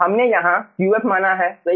हमने यहाँ Qf माना है सही